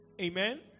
Amen